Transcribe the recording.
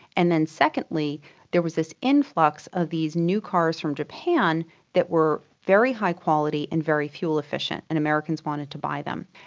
and then secondly there was this influx of these new cars from japan that were very high quality and very fuel efficient and americans wanted to buy them.